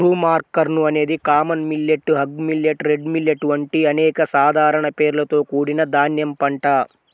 broomcorn అనేది common millet, hog millet, red millet వంటి అనేక సాధారణ పేర్లతో కూడిన ధాన్యం పంట